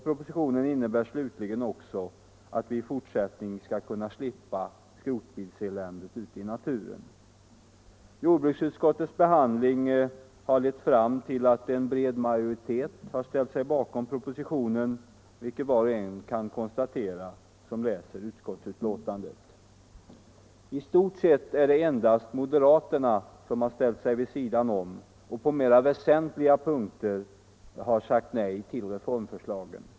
Propositionen innebär slutligen att vi i fortsättningen skall kunna slippa skrotbilseländet ute i naturen. Jordbruksutskottets behandling har lett fram till att en bred majoritet har ställt sig bakom propositionen, vilket var och en kan konstatera som läser utskottsbetänkandet. I stort sett är det endast moderaterna som har ställt sig vid sidan om och på mera väsentliga punkter sagt nej till reformförslagen.